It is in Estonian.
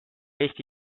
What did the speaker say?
eesti